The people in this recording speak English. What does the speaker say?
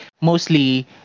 mostly